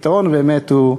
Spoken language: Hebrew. הפתרון באמת הוא,